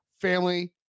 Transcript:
family